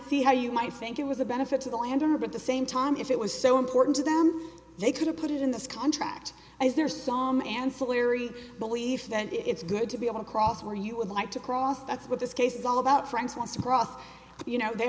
see how you might think it was a benefit to the landowner at the same time if it was so important to them they couldn't put it in this contract is there som ancillary belief that it's good to be able to cross where you would like to cross that's what this case is all about